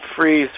freeze